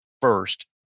first